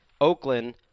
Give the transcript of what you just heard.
Oakland